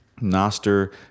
Noster